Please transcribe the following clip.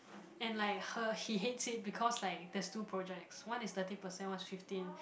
and like her he hates it because like there's two projects one is thirty percent one is fifteen